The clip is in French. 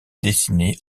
dessinée